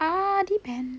ah depends